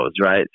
right